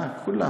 כולן,